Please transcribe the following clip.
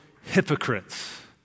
hypocrites